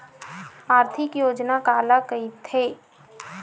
आर्थिक योजना काला कइथे?